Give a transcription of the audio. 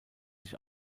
sich